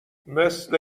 مثل